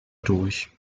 durch